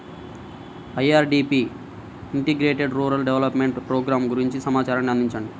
IRDP integrated rural development program గురించి సమాచారాన్ని అందించండి?